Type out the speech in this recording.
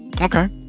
okay